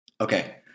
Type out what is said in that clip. Okay